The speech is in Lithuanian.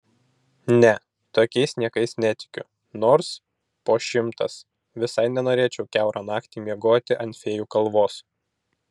ne tokiais niekais netikiu nors po šimtas visai nenorėčiau kiaurą naktį miegoti ant fėjų kalvos